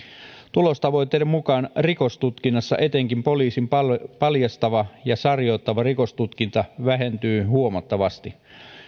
tulostavoitteiden mukaan rikostutkinnassa etenkin poliisin paljastava ja sarjoittava rikostutkinta vähentyy huomattavasti